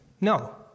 No